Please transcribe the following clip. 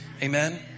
Amen